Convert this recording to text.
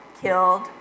killed